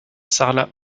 sarlat